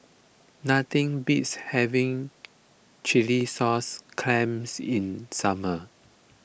nothing beats having Chilli Sauce Clams in summer